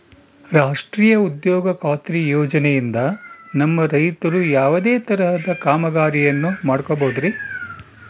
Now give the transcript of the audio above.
ರಾಷ್ಟ್ರೇಯ ಉದ್ಯೋಗ ಖಾತ್ರಿ ಯೋಜನೆಯಿಂದ ನಮ್ಮ ರೈತರು ಯಾವುದೇ ತರಹದ ಕಾಮಗಾರಿಯನ್ನು ಮಾಡ್ಕೋಬಹುದ್ರಿ?